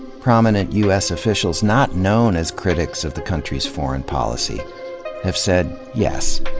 prominent u s. officials not known as critics of the country's foreign policy have said yes,